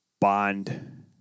Bond